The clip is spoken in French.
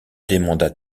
demande